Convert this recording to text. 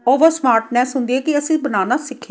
over smartness ਹੁੰਦੀ ਹੈ ਕਿ ਅਸੀਂ ਬਣਾਉਣਾ ਸਿੱਖਿਆ